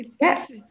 Yes